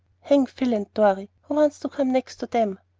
hang phil and dorry! who wants to come next to them?